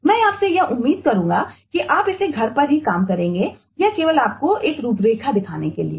मैं आपसे यह उम्मीद करूंगा कि आप इसे घर पर ही काम करेंगे यह केवल आपको रूपरेखा दिखाने के लिए है